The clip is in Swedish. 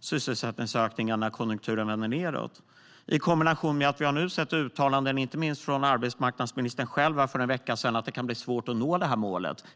sysselsättningsökningen kommer att avta när konjunkturen vänder nedåt. Vi har nu sett uttalanden inte minst från arbetsmarknadsministern själv här för en vecka sedan att det kan bli svårt att nå målet.